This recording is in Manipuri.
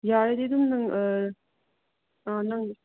ꯌꯥꯔꯗꯤ ꯑꯗꯨꯝ ꯅꯪ ꯅꯪ